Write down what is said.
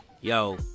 Yo